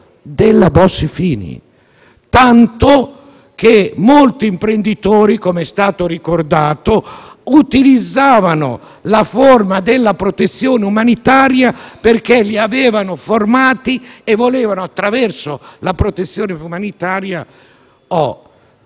della Bossi-Fini, tanto che molti imprenditori, come è stato ricordato, utilizzavano la forma della protezione umanitaria perché li avevano formati e volevano, attraverso la protezione umanitaria,